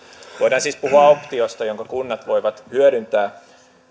voidaan siis puhua optiosta jonka kunnat voivat hyödyntää